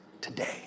today